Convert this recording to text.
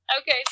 okay